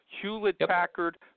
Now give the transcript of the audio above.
Hewlett-Packard